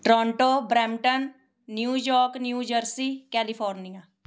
Toronto Brampton New York new jersey California